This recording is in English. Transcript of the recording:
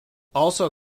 also